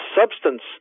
substance